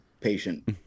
patient